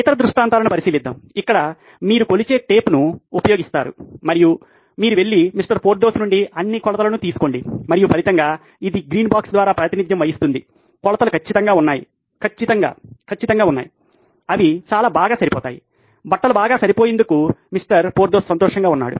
ఇతర దృష్టాంతాలను పరిశీలిద్దాం ఇక్కడ మీరు కొలిచే టేప్ను ఉపయోగిస్తారు మరియు మీరు వెళ్లి మిస్టర్ పోర్థోస్ నుండి అన్ని కొలతలను తీసుకోండి మరియు ఫలితంగా ఇది గ్రీన్ బాక్స్ ద్వారా ప్రాతినిధ్యం వహిస్తుంది కొలతలు ఖచ్చితంగా ఉన్నాయిపూర్తిగా ఖచ్చితంగా ఉన్నాయి అవి చాలా బాగా సరిపోతాయి బట్టలు బాగా సరిపోయేందున మిస్టర్ పోర్థోస్ సంతోషంగా ఉన్నాడు